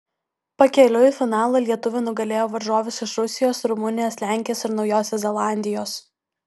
pakeliui į finalą lietuvė nugalėjo varžoves iš rusijos rumunijos lenkijos ir naujosios zelandijos